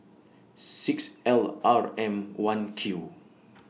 six L R M one Q